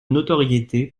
notoriété